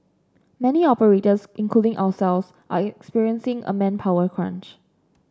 many operators including ourselves are experiencing a manpower crunch